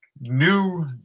new